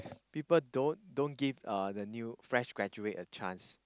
people don't don't give uh the new fresh graduate a chance